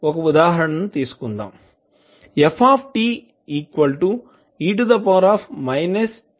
ఇప్పుడు మనం ఉదాహరణను తీసుకుందాం